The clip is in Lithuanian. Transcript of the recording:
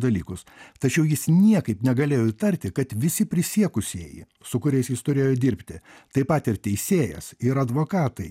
dalykus tačiau jis niekaip negalėjo įtarti kad visi prisiekusieji su kuriais jis turėjo dirbti taip pat ir teisėjas ir advokatai